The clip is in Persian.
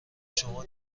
شما